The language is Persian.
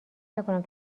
نکنم